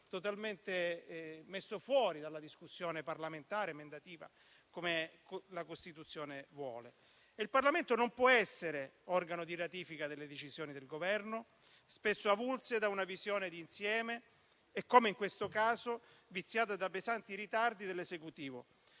totalmente messo fuori dalla discussione parlamentare ed emendativa, come la Costituzione vorrebbe. Il Parlamento non può essere organo di ratifica delle decisioni del Governo, spesso avulse da una visione d'insieme e, come in questo caso, viziate da pesanti ritardi dell'Esecutivo,